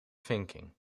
thinking